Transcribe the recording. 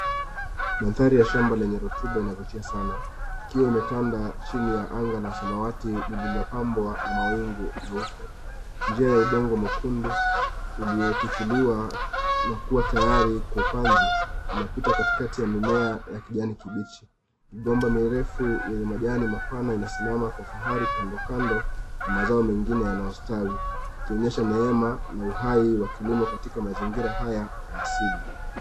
Mandhari ya shamba lenye rotuba inavutia sana, ikiwa imetanda chini ya anga la samawati lililopambwa na mawingu meupe. Njia ya udongo mwekundu uliotifuliwa na kuwa tayari kwa upanzi, inapita katikati ya mimea ya kijani kibichi. Migomba mirefu yenye majani mapana inasimama kwa fahari kando kando ya mazao mengine yanayostawi, ikionyesha neema na uhai wa kilimo katika mazingira haya ya asili.